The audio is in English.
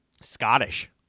Scottish